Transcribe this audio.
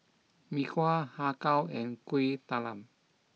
Mee Kuah Har Kow and Kuih Talam